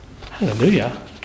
Hallelujah